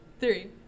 three